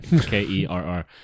K-E-R-R